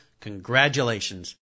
congratulations